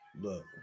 look